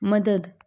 मदद